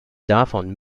davon